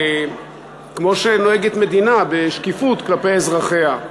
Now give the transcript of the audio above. כמו שנוהגת מדינה, בשקיפות כלפי אזרחיה.